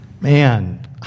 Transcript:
man